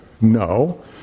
No